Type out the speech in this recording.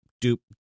dupe